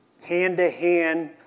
hand-to-hand